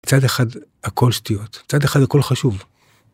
צד אחד הכל שטויות, צד אחד הכל חשוב.